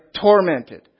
Tormented